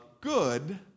good